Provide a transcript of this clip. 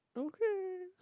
okay